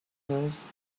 cause